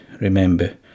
remember